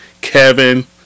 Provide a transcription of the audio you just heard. Kevin